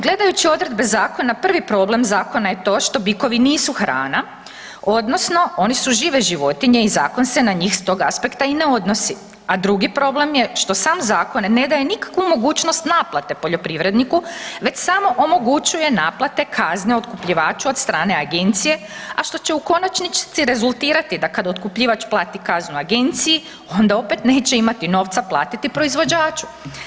Gledajući odredbe zakona, prvi problem zakona je to što bikovi nisu hrana, odnosno one su žive životinje i zakon se na njih s tog aspekta i ne odnosi, a drugi problem je što sam zakon ne daje nikakvu mogućnost naplate poljoprivredniku, već samo omogućuje naplate kazne otkupljivaču od strane agencije, a što će u konačnici rezultirati, da kada otkupljivač plati kaznu agenciji, onda opet neće imati novca platiti proizvođaču.